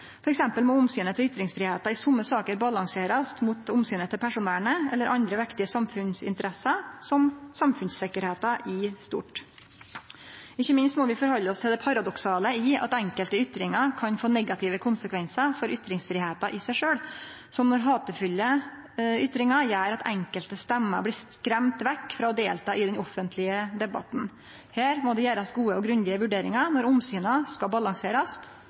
eksempel må omsynet til ytringsfridomen i somme saker balanserast mot omsynet til personvernet eller til andre vektige samfunnsinteresser, som samfunnssikkerheita i stort. Ikkje minst må vi leve med det paradoksale at enkelte ytringar kan få negative konsekvensar for ytringsfridomen i seg sjølv, som når hatefulle ytringar gjer at enkelte stemmer blir skremde vekk frå å delta i den offentlege debatten. Her må det gjerast gode og grundige vurderingar når omsyna skal balanserast,